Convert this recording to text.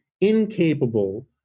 incapable